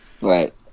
Right